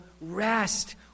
rest